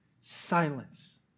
Silence